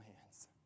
hands